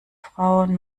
frauen